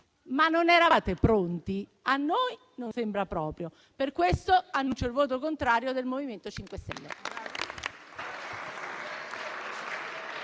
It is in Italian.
Ma non eravate pronti? A noi non sembra proprio. Per questo, annuncio il voto contrario del MoVimento 5 Stelle.